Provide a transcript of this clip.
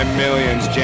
millions